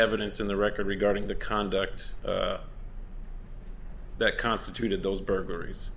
evidence in the record regarding the conduct that constituted those burglaries